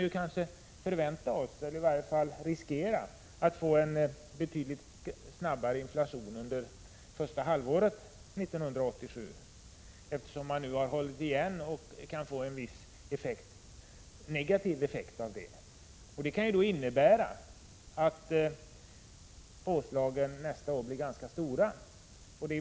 Vi kan förvänta oss att få — i alla fall finns det risk för det — en betydligt snabbare inflation under första halvåret 1987. Eftersom vi nu hållit igen, kan det få vissa negativa effekter nästa år. Det kan innebära att påslagen nästa år blir ganska stora.